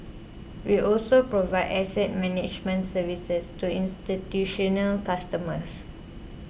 we also provide asset management services to institutional customers